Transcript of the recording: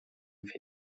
feta